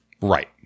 Right